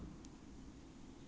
business